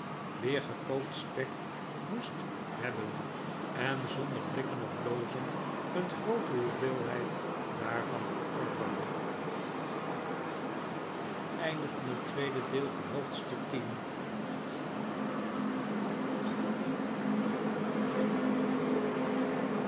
weer gekookt spek moest hebben en zonder blikken of blozen een groote hoeveelheid daarvan verorberde